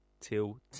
till